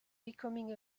becoming